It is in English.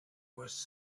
was